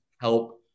help